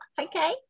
Okay